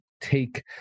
take